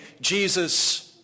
Jesus